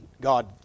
God